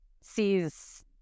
sees